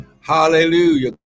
Hallelujah